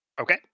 Okay